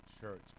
Church